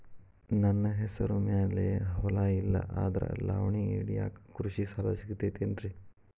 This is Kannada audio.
ನನ್ನ ಹೆಸರು ಮ್ಯಾಲೆ ಹೊಲಾ ಇಲ್ಲ ಆದ್ರ ಲಾವಣಿ ಹಿಡಿಯಾಕ್ ಕೃಷಿ ಸಾಲಾ ಸಿಗತೈತಿ ಏನ್ರಿ?